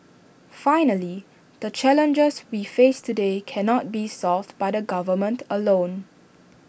finally the challenges we face today cannot be solved by the government alone